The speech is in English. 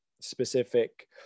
specific